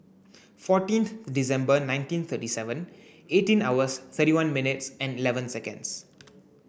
fourteenth December nineteen thirty seven eighteen hours thirty one minutes and eleven seconds